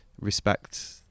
respect